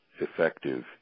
effective